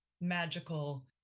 magical